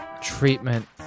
treatment